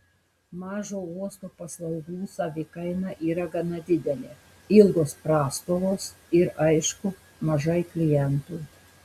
mažo uosto paslaugų savikaina yra gana didelė ilgos prastovos ir aišku mažai klientų